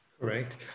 Correct